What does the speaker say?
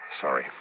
Sorry